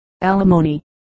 alimony